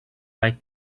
like